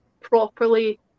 properly